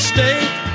State